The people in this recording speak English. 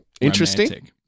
interesting